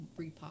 repot